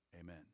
Amen